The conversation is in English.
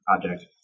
project